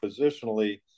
positionally